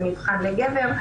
זה מבחן לגבר,